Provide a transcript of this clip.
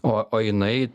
o o jinai